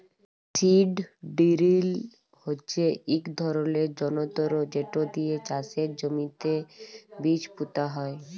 seed drill হচ্যে ইক ধরলের যনতর যেট দিয়ে চাষের জমিতে বীজ পুঁতা হয়